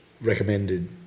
recommended